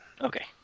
Okay